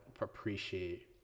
appreciate